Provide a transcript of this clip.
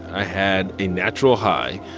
i had a natural high,